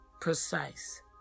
precise